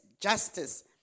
justice